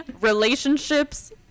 relationships